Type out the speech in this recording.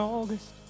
August